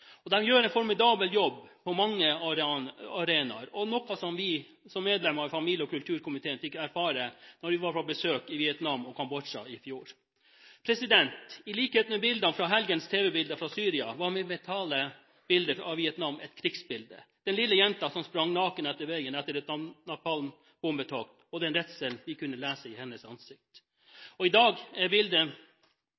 gjør en formidabel jobb på mange arenaer, noe vi medlemmene i familie- og kulturkomiteen fikk erfare da vi var på besøk i Vietnam og Kambodsja i fjor. I likhet med helgens tv-bilder fra Syria var mitt mentale bilde av Vietnam et krigsbilde – den lille jenta som sprang naken langs veien etter et napalmbombetokt, og den redselen vi kunne lese i hennes ansikt.